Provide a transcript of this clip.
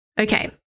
Okay